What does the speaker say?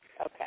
Okay